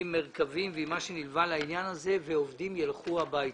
עם מרכבים ומה שנלווה לעניין הזה ועובדים ילכו הביתה.